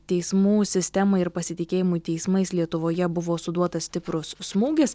teismų sistemai ir pasitikėjimui teismais lietuvoje buvo suduotas stiprus smūgis